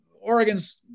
Oregon's